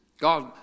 God